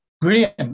Brilliant